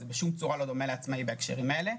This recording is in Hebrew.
זה בשום צורה לא דומה לעצמאי בהקשרים האלה.